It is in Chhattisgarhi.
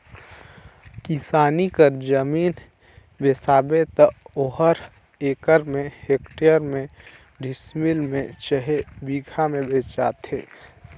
किसानी कर जमीन बेसाबे त ओहर एकड़ में, हेक्टेयर में, डिसमिल में चहे बीघा में बेंचाथे